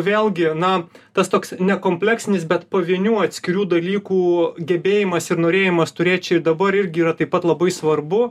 vėlgi na tas toks ne kompleksinis bet pavienių atskirių dalykų gebėjimas ir norėjimas turėt čia ir dabar irgi yra taip pat labai svarbu